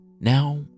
Now